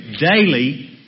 Daily